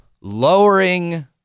lowering